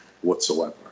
whatsoever